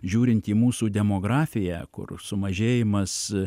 žiūrint į mūsų demografiją kur sumažėjimas